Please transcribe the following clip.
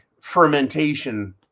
fermentation